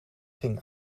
ging